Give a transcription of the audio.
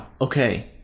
okay